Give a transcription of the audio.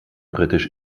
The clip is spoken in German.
britisch